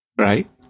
Right